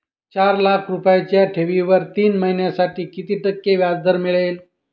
चार लाख रुपयांच्या ठेवीवर तीन महिन्यांसाठी किती टक्के व्याजदर मिळेल?